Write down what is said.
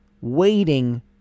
waiting